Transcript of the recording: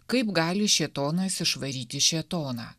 kaip gali šėtonas išvaryti šėtoną